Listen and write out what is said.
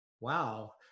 Wow